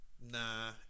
Nah